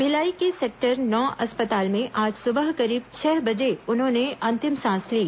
भिलाई के सेक्टर नौ अस्पताल में आज सुबह करीब छह बजे उन्होंने अंतिम सांस ली